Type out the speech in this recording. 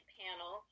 panel